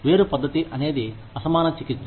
వేరు పద్ధతి అనేది అసమాన చికిత్స